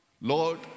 Lord